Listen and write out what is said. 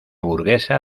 burguesa